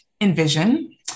envision